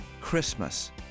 Christmas